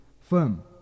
firm